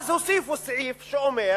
ואז הוסיפו סעיף שאומר